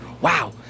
Wow